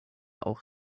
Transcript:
auch